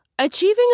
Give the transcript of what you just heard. Achieving